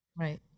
Right